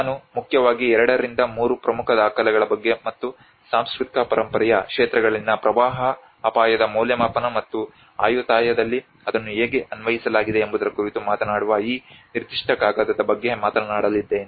ನಾನು ಮುಖ್ಯವಾಗಿ ಎರಡರಿಂದ ಮೂರು ಪ್ರಮುಖ ದಾಖಲೆಗಳ ಬಗ್ಗೆ ಮತ್ತು ಸಾಂಸ್ಕೃತಿಕ ಪರಂಪರೆಯ ಕ್ಷೇತ್ರಗಳಲ್ಲಿನ ಪ್ರವಾಹ ಅಪಾಯದ ಮೌಲ್ಯಮಾಪನ ಮತ್ತು ಆಯುತ್ತಯದಲ್ಲಿ ಅದನ್ನು ಹೇಗೆ ಅನ್ವಯಿಸಲಾಗಿದೆ ಎಂಬುದರ ಕುರಿತು ಮಾತನಾಡುವ ಈ ನಿರ್ದಿಷ್ಟ ಕಾಗದದ ಬಗ್ಗೆ ಮಾತನಾಡಲಿದ್ದೇನೆ